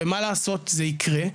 ומה לעשות זה יקרה,